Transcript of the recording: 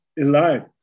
alive